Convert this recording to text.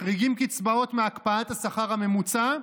מחריגים קצבאות מהקפאת השכר הממוצע,